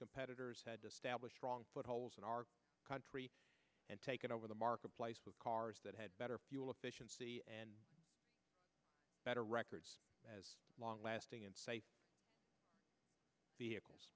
competitors had to stablish wrong foot holes in our country and taken over the marketplace with cars that had better fuel efficiency and better records as long lasting and safe vehicles